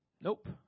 Nope